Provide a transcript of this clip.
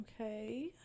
Okay